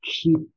keep